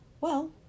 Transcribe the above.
Well